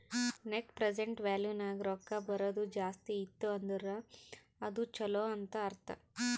net present value ನಾಗ್ ರೊಕ್ಕಾ ಬರದು ಜಾಸ್ತಿ ಇತ್ತು ಅಂದುರ್ ಅದು ಛಲೋ ಅಂತ್ ಅರ್ಥ